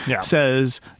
says